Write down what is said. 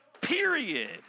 period